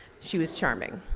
she was charming.